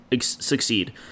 Succeed